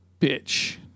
bitch